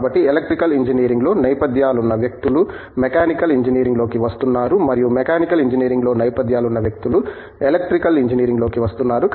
కాబట్టి ఎలక్ట్రికల్ ఇంజనీరింగ్లో నేపథ్యాలున్న వ్యక్తులు మెకానికల్ ఇంజనీరింగ్లోకి వస్తున్నారు మరియు మెకానికల్ ఇంజనీరింగ్లో నేపథ్యాలున్న వ్యక్తులు ఎలక్ట్రికల్ ఇంజనీరింగ్లోకి వస్తున్నారు